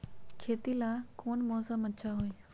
खेती ला कौन मौसम अच्छा होई?